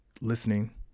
listening